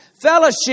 Fellowship